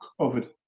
covered